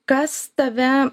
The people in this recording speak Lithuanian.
kas tave